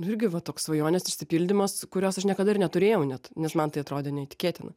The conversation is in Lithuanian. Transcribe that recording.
nu irgi va toks svajonės išsipildymas kurios aš niekada ir neturėjau net nes man tai atrodė neįtikėtina